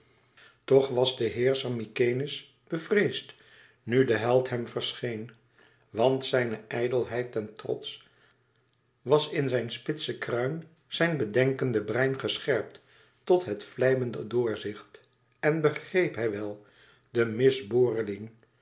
toch was de heerscher mykenæ's bevreesd nu de held hem verscheen want zijne ijdelheid ten trots was in zijne spitse kruin zijn bedenkende brein gescherpt tot het vlijmende dorzicht en begreep hij wel de